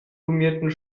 gummierten